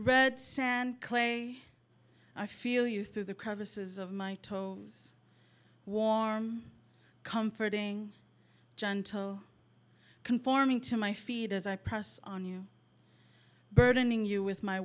red sand clay i feel you through the crevices of my warm comforting gentle conforming to my feet as i press on you burdening you with my